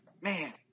Man